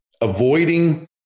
avoiding